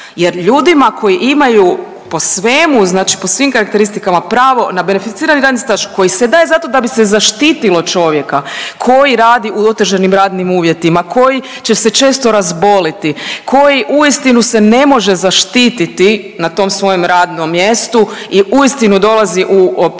Jer, ljudima koji imaju po svemu, znači po svim karakteristikama pravo na beneficirani staž koji se daje zato da bi se zaštitilo čovjeka koji radi u otežanim radnim uvjetima, koji će se često razboliti, koji uistinu se ne može zaštititi na tom svojem radnom mjestu i uistinu dolazi u poziciju